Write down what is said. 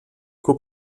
qu’au